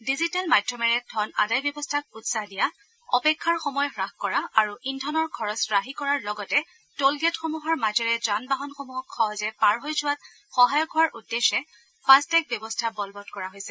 digital মাধ্যমেৰে ধন আদায় ব্যৱস্থাক উৎসাহ দিয়া অপেক্ষাৰ সময় হ্ৰাস কৰা আৰু ইন্ধনৰ খৰছ ৰাহি কৰাৰ লগতে টোল গেটসমূহৰ মাজেৰে যানবাহনসমূহ সহজে পাৰ হৈ যোৱাত সহায়ক হোৱাৰ উদ্দেশ্যে ফাট টেগ ব্যৱস্থা বলবৎ কৰা হৈছে